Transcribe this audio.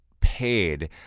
paid